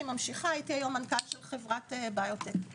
ממשיכה הייתי היום מנכ"ל חברת ביוטק.